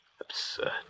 Absurd